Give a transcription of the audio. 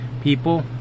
people